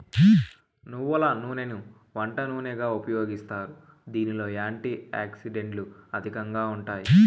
నువ్వుల నూనెని వంట నూనెగా ఉపయోగిస్తారు, దీనిలో యాంటీ ఆక్సిడెంట్లు అధికంగా ఉంటాయి